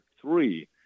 three